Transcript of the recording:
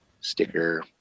sticker